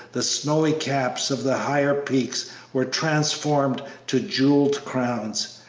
the snowy caps of the higher peaks were transformed to jewelled crowns.